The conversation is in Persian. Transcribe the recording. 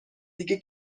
دیگه